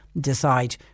decide